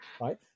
right